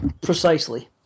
Precisely